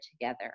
together